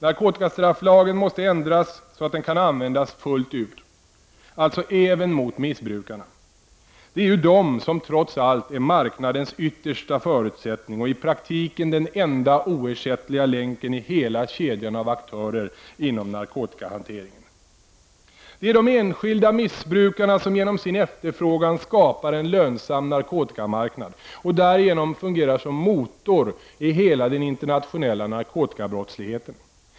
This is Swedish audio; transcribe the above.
Narkotikastrafflagen måste ändras så att den kan använas fullt ut, alltså även mot missbrukarna. Det är ju de som trots allt är marknadens yttersta förutsättning och i praktiken den enda oersättliga länken i hela kedjan av aktörer inom narkotikahanteringen. Det är de enskilda missbrukarna som genom sin efterfrågan skapar en lönsam narkotikamarknad och därigenom fungerar som motor i hela den internationella narkotikabrottsligheten.